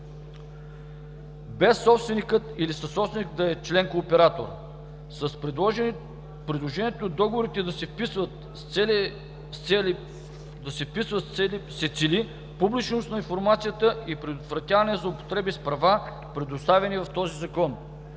без собственикът или съсобственикът да е член-кооператор. С предложението договорите да се вписват се цели публичност на информацията и предотвратяване на злоупотреби с права, предоставени в този Закон.